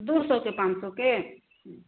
दू सएके पाँच सएके